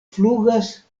flugas